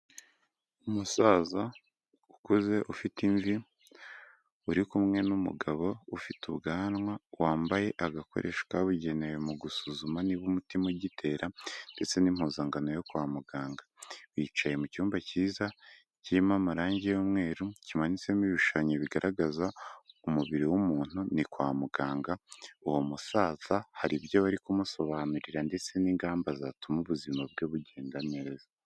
Umusaza ukuze ufite imvi urikumwe n'umugabo ufite ubwanwa wambaye agakoresho kabugenewe mu gusuzuma niba umutima ugitera, ndetse n'impuzangano yo kwa muganga. Bicaye mu cyumba kiza kirimo amarangi y'umweru, kimanitsemo ibishushanyo bigaragaza umubiri w'umuntu. Ni kwa muganga. Uwo musaza hari ibyo barikumusobanurira ndetse n'ingamba zatuma ubuzima bwe bugenda neza.